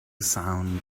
sound